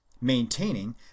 maintaining